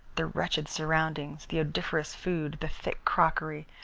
the wretched surroundings, the odoriferous food, the thick crockery,